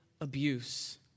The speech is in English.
abuse